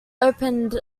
opened